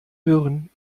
hören